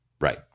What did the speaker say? Right